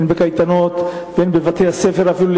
בקייטנות או בבתי-הספר אפילו,